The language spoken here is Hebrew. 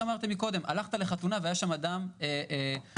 הלכת לחתונה ויש שם אדם שמידבק,